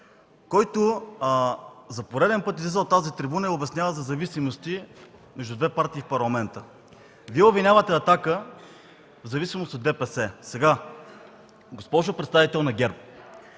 който за пореден път излиза и от тази трибуна обяснява за зависимости между две партии в Парламента. Вие обвинявате „Атака” в зависимост от ДПС. Госпожо представител на ГЕРБ,